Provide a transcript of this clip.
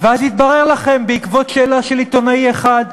ואז התברר לכם בעקבות שאלה של עיתונאי אחד,